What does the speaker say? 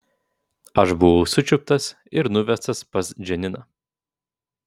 aš buvau sučiuptas ir nuvestas pas džaniną